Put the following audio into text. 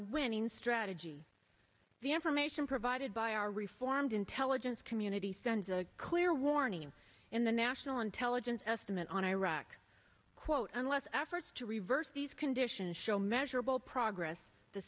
winning strategy the answer mason provided by our reformed intelligence community sends a clear warning in the national intelligence estimate on iraq quote unless efforts to reverse these conditions show measurable progress the